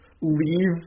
leave